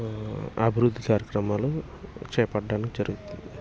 అభివృద్ధి కార్యక్రమాలు చేపట్టడానికి జరుగుతుంది